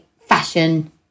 fashion